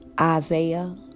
Isaiah